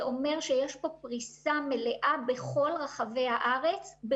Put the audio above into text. יש פריסה מלאה בכל הישובים,